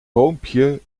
boompje